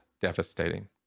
devastating